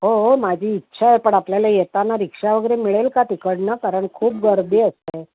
हो हो माझी इच्छा आहे पण आपल्याला येताना रिक्षा वगैरे मिळेल का तिकडून कारण खूप गर्दी असते